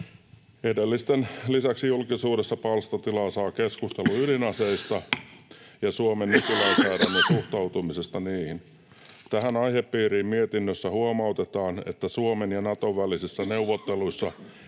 Edellisten lisäksi julkisuudessa palstatilaa saa keskustelu ydinaseista ja Suomen nykylainsäädännön suhtautumisesta niihin. Tähän aihepiiriin mietinnössä huomautetaan, että Suomen ja Naton välisissä neuvotteluissa